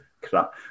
crap